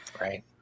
Right